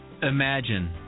Imagine